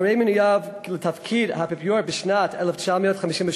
אחרי מינויו לתפקיד האפיפיור בשנת 1958,